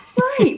Right